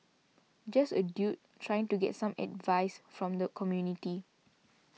just a dude trying to get some advice from the community